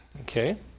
Okay